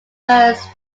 first